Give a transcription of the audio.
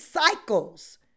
cycles